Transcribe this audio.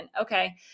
okay